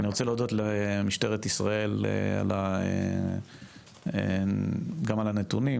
אני רוצה להודות למשטרת ישראל גם על הנתונים,